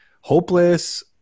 hopeless